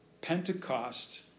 Pentecost